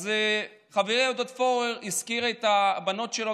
חברי עודד פורר הזכיר את הבנות שלו.